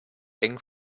eng